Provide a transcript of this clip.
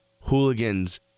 hooligans